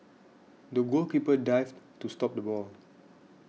the goalkeeper dived to stop the ball